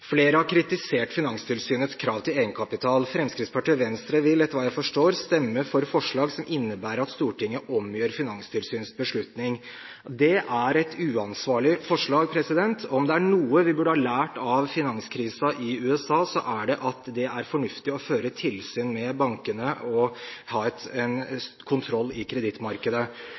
Flere har kritisert Finanstilsynets krav til egenkapital. Fremskrittspartiet og Venstre vil, etter hva jeg forstår, stemme for forslag som innebærer at Stortinget omgjør Finanstilsynets beslutning. Det er et uansvarlig forslag. Om det er noe vi burde ha lært av finanskrisen i USA, er det at det er fornuftig å føre tilsyn med bankene og ha kontroll i kredittmarkedet.